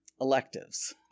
electives